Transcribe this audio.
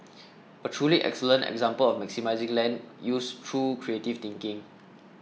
a truly excellent example of maximising land use through creative thinking